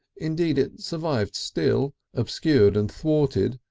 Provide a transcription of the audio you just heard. indeed it survived still, obscured and thwarted,